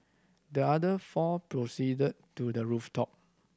the other four proceeded to the rooftop